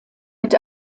mit